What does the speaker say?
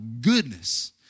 goodness